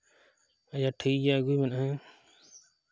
ᱟᱪᱪᱷᱟ ᱴᱷᱤᱠ ᱜᱮᱭᱟ ᱟᱹᱜᱩᱭ ᱢᱮ ᱦᱟᱸᱜ